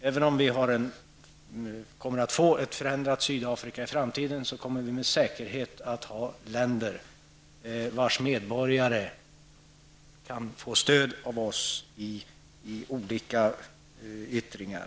Även om vi kommer att få ett förändrat Sydafrika i framtiden, kommer det med säkerhet att finnas länder vilkas medborgare kan få stöd av oss i olika yttringar.